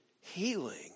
healing